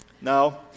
Now